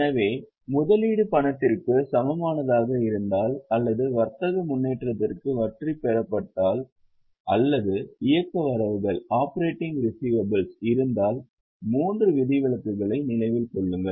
எனவே முதலீடு பணத்திற்கு சமமானதாக இருந்தால் அல்லது வர்த்தக முன்னேற்றங்களுக்கு வட்டி பெறப்பட்டால் அல்லது இயக்க வரவுகள் இருந்தால் மூன்று விதிவிலக்குகளை நினைவில் கொள்ளுங்கள்